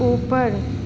ऊपर